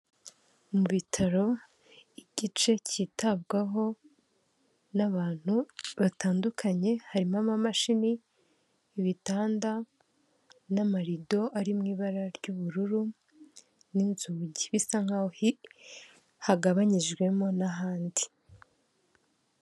Umuhanda wa kaburimbo urimo imodoka ndetse na moto, ufite ibifate bibiri, ukikijwe n'ibiti n'ibimera n'indabo wegereye amazu.